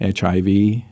HIV